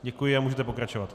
Děkuji a můžete pokračovat.